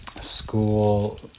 school